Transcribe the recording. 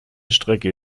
strecke